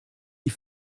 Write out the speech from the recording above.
die